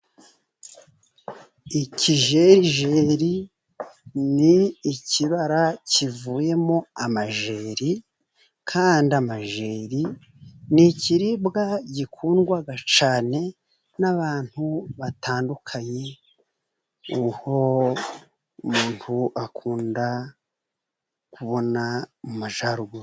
Ikijerijeri ni ikibara kivuyemo amajeri, kandi amajeri ni ikiribwa gikundwa cyane n'abantu batandukanye, umuntu akunda kubona mu majyaruguru.